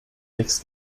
sechs